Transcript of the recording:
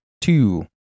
two